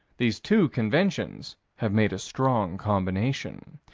these two conventions have made a strong combination.